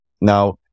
now